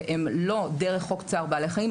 שהם לא דרך חוק צער בעלי חיים,